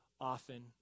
often